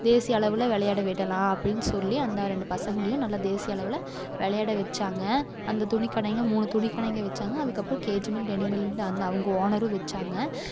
தேசிய அளவில் விளையாட விடலாம் அப்படீன்னு சொல்லி அந்த ரெண்டு பசங்களையும் நல்ல தேசிய அளவில் விளையாட வைச்சாங்க அந்த துணி கடைங்க மூணு துணி கடைங்க வைச்சாங்க அதுக்கப்புறம் கே ஜி மில் மில் டெனி மில்னு அந்த அவங்க ஓனரும் வைச்சாங்க